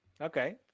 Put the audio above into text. Okay